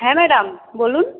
হ্যাঁ ম্যাডাম বলুন